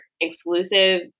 exclusive